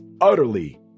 utterly